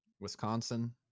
wisconsin